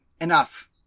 enough